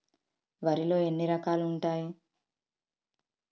వరిలో ఎన్ని రకాలు ఉంటాయి?